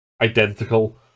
identical